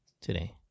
today